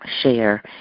share